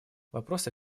вопросы